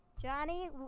Johnny